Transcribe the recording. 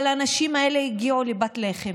אבל האנשים האלה הגיעו לפת לחם.